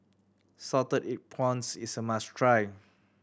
salted egg prawns is a must try